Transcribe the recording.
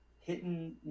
hitting